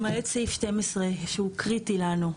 למעט סעיף 12, שהוא קריטי לנו.